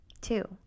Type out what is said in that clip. Two